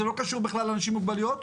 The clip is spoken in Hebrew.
זה לא קשור בכלל לאנשים עם מוגבלויות,